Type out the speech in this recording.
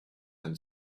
and